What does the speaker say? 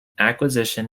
acquisition